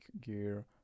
gear